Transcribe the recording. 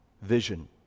vision